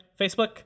Facebook